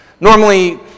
Normally